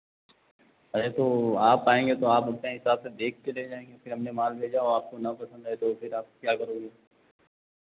अरे तो आप आएंगे तो आप अपने हिसाब से देख के ले जाएंगे फिर हमने माल भेजा हो आपको ना पसंद आए तो फिर आप क्या करोगे